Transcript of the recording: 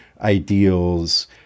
ideals